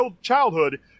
childhood